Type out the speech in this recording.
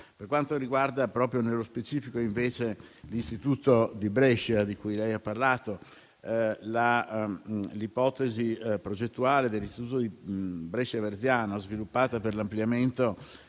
Per quanto riguarda nello specifico l'istituto di Brescia di cui lei ha parlato, l'ipotesi progettuale dell'istituto Verziano, sviluppata per l'ampliamento,